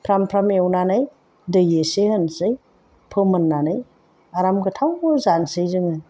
फ्राम फ्राम एवनानै दै एसे होनोसै फोमोननानै आराम गोथाव जानोसै जोङो